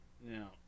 Now